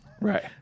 Right